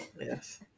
Yes